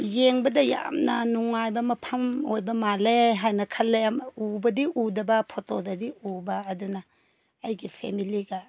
ꯌꯦꯡꯕꯗ ꯌꯥꯝꯅ ꯅꯨꯡꯉꯥꯏꯕ ꯃꯐꯝ ꯑꯣꯏꯕ ꯃꯥꯜꯂꯦ ꯍꯥꯏꯅ ꯈꯜꯂꯦ ꯎꯕꯗꯤ ꯎꯗꯕ ꯐꯣꯇꯣꯗꯗꯤ ꯎꯕ ꯑꯗꯨꯅ ꯑꯩꯒꯤ ꯐꯦꯃꯤꯂꯤꯒ